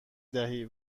دهی